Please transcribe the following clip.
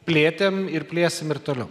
plėtėm ir plėsim ir toliau